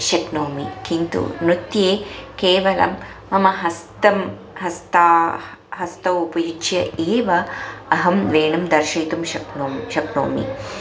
शक्नोमि किन्तु नृत्ये केवलं मम हस्तं हस्तौ हस्तौ उपयुज्य एव अहं वेणुं दर्शयितुं शक्नोमि शक्नोमि